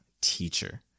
teacher